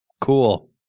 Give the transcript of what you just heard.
Cool